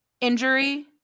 injury